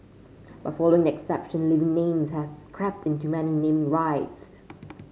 but following exception living names have crept into many naming rights